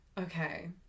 Okay